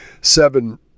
seven